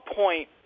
point